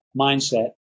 mindset